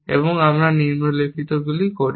এবং আমরা নিম্নলিখিতটি করি